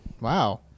wow